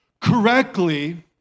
correctly